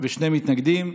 ושני מתנגדים.